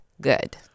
good